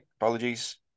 Apologies